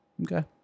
Okay